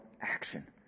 action